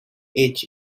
each